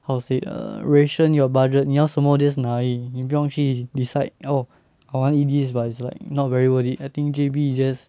how to say err ration your budget 你要是什么 just 拿而已你不用去 decide oh I want eat this but it's like not very worth it I think J_B is just